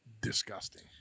disgusting